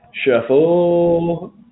Shuffle